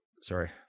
sorry